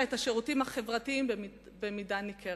את השירותים החברתיים במידה ניכרת: